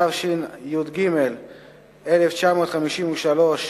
התשי"ג 1953,